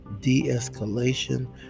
de-escalation